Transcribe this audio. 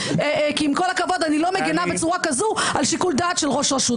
כי עם כל הכבוד אני לא מגנה בצורה כזאת על שיקול דעת של ראש הרשות,